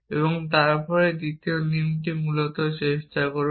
এবং তারপর এই দ্বিতীয় নিয়মটি মূলত চেষ্টা করুন